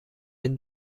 این